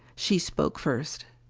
she spoke first.